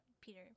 Peter